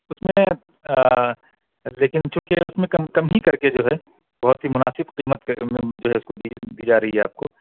اس میں لیکن چوںکہ اس میں کم کم ہی کر کے جو ہے بہت ہی مناسب قیمت پہ جو ہے اس کو دی دی جا رہی ہے آپ کو